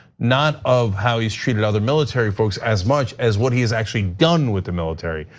not of how he's treated other military folks as much as what he's actually done with the military.